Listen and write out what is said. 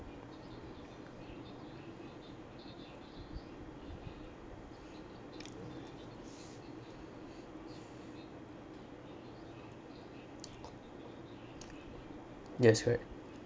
yes correct